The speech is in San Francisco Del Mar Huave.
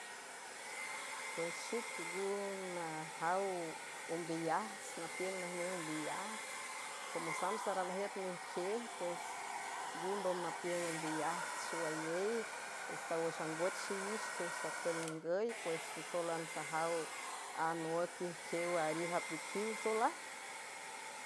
Puex xic ngu najaw ombiyajts napiüng najnej ombiyaats comosamb sara najiüt mijquiej pues ngu ndom napiüng ombiyajts xowayey istaw wüx angoch xiwix quie sacül ningüy pues ntsólan sajaw anowücijquew aariüj apiquiw solac.